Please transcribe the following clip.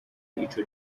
ico